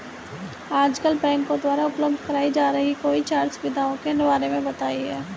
आजकल बैंकों द्वारा उपलब्ध कराई जा रही कोई चार सुविधाओं के बारे में बताइए?